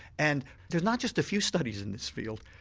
and there's not just a few studies in this field,